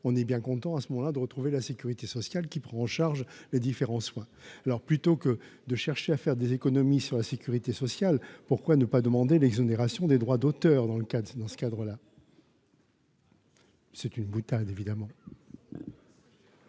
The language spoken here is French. on est bien content de se tourner vers la sécurité sociale, qui prend en charge les différents soins. Plutôt que de chercher à faire des économies sur la sécurité sociale, pourquoi ne pas demander l'exonération des droits d'auteur ? C'est une boutade, mes